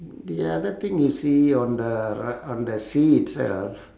ya that thing you see on the ri~ on the sea itself